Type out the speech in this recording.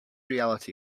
reality